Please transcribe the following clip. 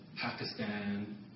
Pakistan